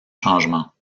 changements